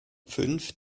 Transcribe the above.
fünf